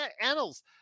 annals